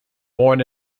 born